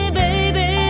baby